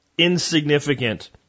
insignificant